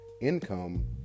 income